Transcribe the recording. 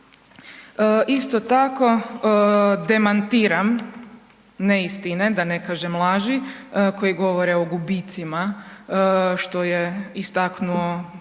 Isto tako, demantiram neistine, da ne kažem laži koji govore o gubicima, što je istaknuo